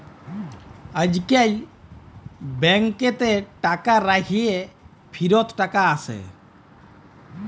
আইজকাল ব্যাংকেতে টাকা রাইখ্যে ফিরত টাকা আসে